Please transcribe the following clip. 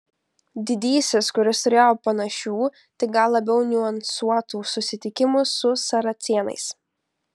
didysis kuris turėjo panašių tik gal labiau niuansuotų susitikimų su saracėnais